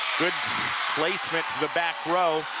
good placement to the back row.